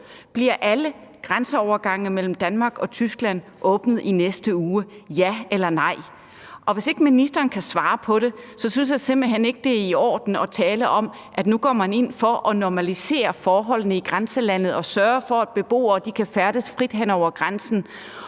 Bliver alle grænseovergange mellem Danmark og Tyskland åbnet i næste uge, ja eller nej? Og hvis ikke ministeren kan svare på det, synes jeg simpelt hen ikke, det er i orden at tale om, at man nu går ind for at normalisere forholdene i grænselandet og sørge for, at beboere kan færdes frit hen over grænsen.